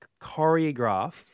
choreograph